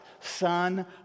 son